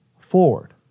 forward